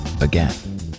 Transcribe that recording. again